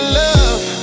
love